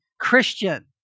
Christian